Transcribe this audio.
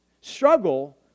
struggle